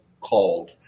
called